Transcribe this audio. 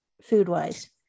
food-wise